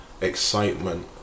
excitement